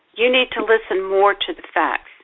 you need to listen more to the facts'.